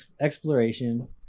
exploration